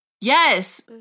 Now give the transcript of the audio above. Yes